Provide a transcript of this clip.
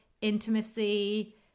intimacy